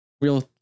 real